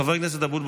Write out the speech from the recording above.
חבר הכנסת אבוטבול,